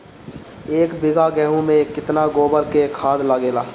एक बीगहा गेहूं में केतना गोबर के खाद लागेला?